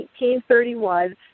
1831